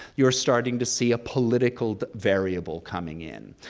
you're starting to see a political variable coming in.